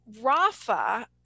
rafa